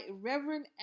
Reverend